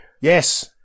Yes